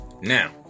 Now